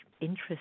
interest